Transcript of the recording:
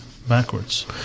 backwards